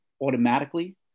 automatically